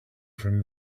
from